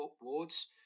wards